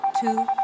two